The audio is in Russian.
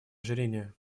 ожирения